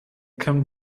come